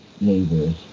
neighbors